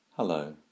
Hello